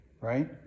right